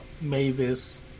Mavis